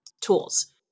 tools